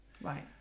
Right